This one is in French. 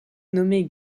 nommée